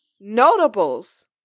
Notables